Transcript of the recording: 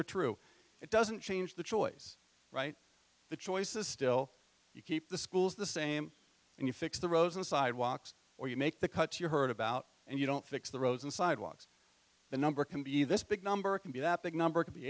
they're true it doesn't change the choice right the choice is still you keep the schools the same and you fix the roads and sidewalks or you make the cuts you heard about and you don't fix the roads and sidewalks the number can be this big number can be that big number could be